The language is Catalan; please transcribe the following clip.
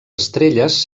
estrelles